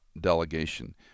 delegation